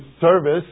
service